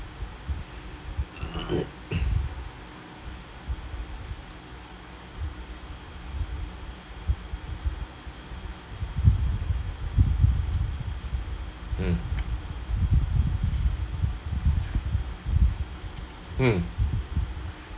mm mm